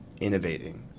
innovating